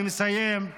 אני מסיים,